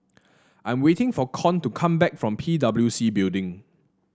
I am waiting for Con to come back from P W C Building